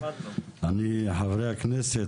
חברי הכנסת,